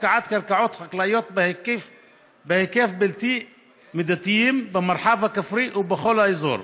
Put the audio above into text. הפקעת קרקעות חקלאיות בהיקפים בלתי מידתיים במרחב הכפרי ובכל האזור.